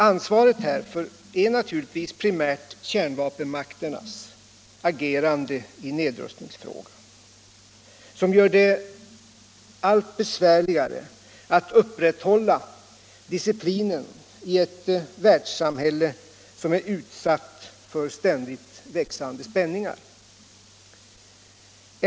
Ansvaret härför är naturligtvis primärt kärnvapenmakternas, vilkas agerande i nedrustningsfrågan gör det allt besvärligare att upprätthålla disciplinen i ett världssamhälle som är utsatt för ständigt växande spänningar.